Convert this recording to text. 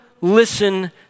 listen